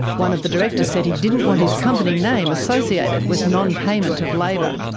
one of the directors said he didn't want his company name associated with non-payment of labour.